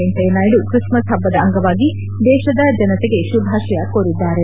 Venkaiah Naidu Christmas ಹಬ್ಬದ ಅಂಗವಾಗಿ ದೇಶದ ಜನತೆಗೆ ಶುಭಾಶಯ ಕೋರಿದ್ದಾರೆ